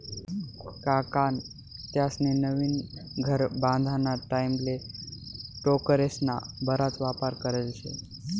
काकान त्यास्नी नवीन घर बांधाना टाईमले टोकरेस्ना बराच वापर करेल शे